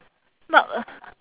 but